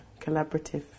collaborative